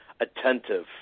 attentive